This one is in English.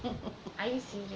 are you serious